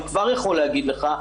אני כבר יכול להגיד לך,